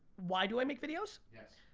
why do i make videos? yes.